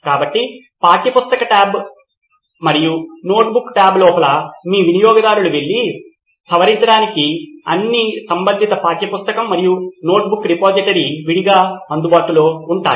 కాబట్టి పాఠ్యపుస్తక టాబ్ మరియు నోట్బుక్ టాబ్ లోపల మీ వినియోగదారులు వెళ్లి సవరించడానికి అన్ని సంబంధిత పాఠ్య పుస్తకం మరియు నోట్బుక్ రిపోజిటరీ విడిగా అందుబాటులో ఉంటాయి